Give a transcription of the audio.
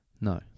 No